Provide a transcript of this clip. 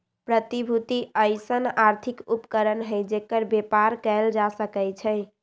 प्रतिभूति अइसँन आर्थिक उपकरण हइ जेकर बेपार कएल जा सकै छइ